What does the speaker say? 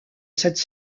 cette